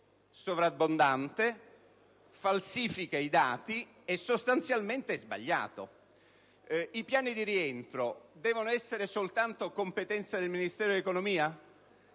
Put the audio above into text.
in una falsificazione dei dati, e sostanzialmente è sbagliato. I piani di rientro devono essere soltanto di competenza del Ministero dell'economia?